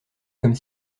comme